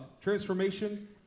Transformation